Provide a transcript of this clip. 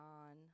on